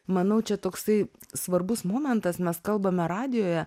manau čia toksai svarbus momentas mes kalbame radijuje